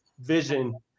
vision